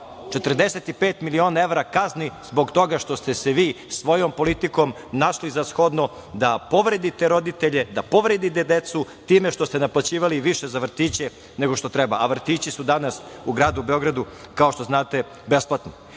45 miliona evra kazni zbog toga što ste se vi svojom politikom našli za shodno da povredite roditelje, da povredite decu time što ste naplaćivali više za vrtiće nego što treba, a vrtići su danas u gradu Beogradu, kao što znate, besplatni.